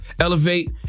elevate